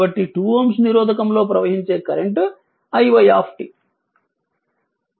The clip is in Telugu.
కాబట్టి 2Ω నిరోధకం లో ప్రవహించే కరెంట్ iy